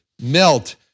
melt